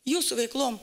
jūsų veiklom